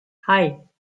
hei